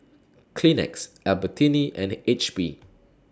Kleenex Albertini and H P